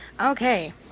Okay